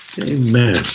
Amen